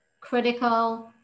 critical